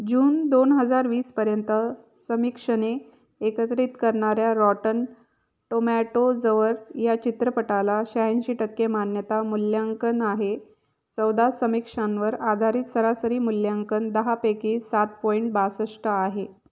जून दोन हजार वीसपर्यंत समीक्षणे एकत्रित करणाऱ्या रॉटन टोमॅटोजवर या चित्रपटाला शहाऐंशी टक्के मान्यता मूल्यांकन आहे चौदा समीक्षांवर आधारित सरासरी मूल्यांकन दहा पैकीे सात पॉईंट बास्ष्ट आहे